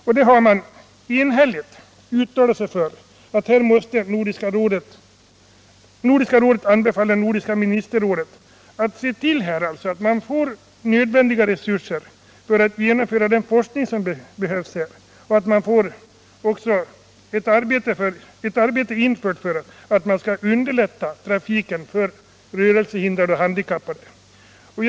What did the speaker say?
Trafikutskottet har enhälligt uttalat sig för att Nordiska rådet måtte rekommendera Nordiska ministerrådet att se till att det ställs nödvändiga resurser till förfogande för den forskning som behövs och att man sätter i gång ett arbete för att underlätta trafiken för de handikappade och rörelsehindrade.